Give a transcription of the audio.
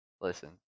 listen